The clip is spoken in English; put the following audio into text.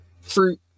fruit